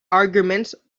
arguments